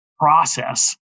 process